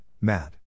Matt